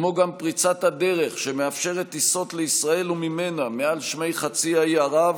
כמו גם פריצת הדרך שמאפשרת טיסות לישראל וּממנה מעל שמי חצי האי ערב,